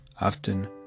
Often